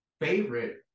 favorite